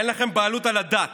ואין לכם בעלות על הדת,